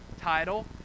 title